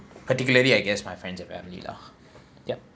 particularly I guess my friends and family lah yup